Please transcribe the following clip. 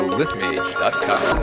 liftmage.com